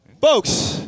folks